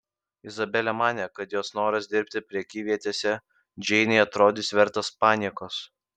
izabelė manė kad jos noras dirbti prekyvietėse džeinei atrodys vertas paniekos